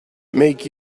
make